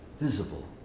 visible